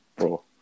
Bro